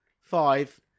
five